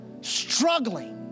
struggling